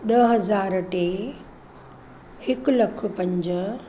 ॾह हज़ार टे हिकु लखु पंज